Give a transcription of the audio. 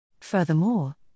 Furthermore